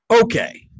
Okay